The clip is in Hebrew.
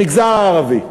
המגזר הערבי.